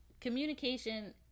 Communication